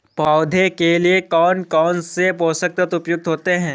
पौधे के लिए कौन कौन से पोषक तत्व उपयुक्त होते हैं?